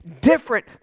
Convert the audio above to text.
different